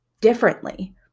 differently